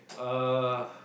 uh